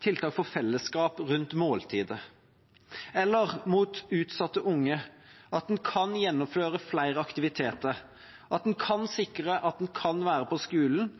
tiltak for fellesskap rundt måltider – eller for utsatte unge at man kan gjennomføre flere aktiviteter, at vi sikrer at man kan være på skolen,